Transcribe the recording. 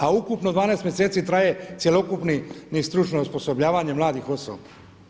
A ukupno 12 mjeseci traje cjelokupno stručno osposobljavanje mladih osoba.